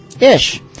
ish